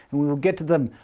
and we will get to them.